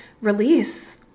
release